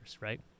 right